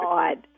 God